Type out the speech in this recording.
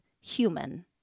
human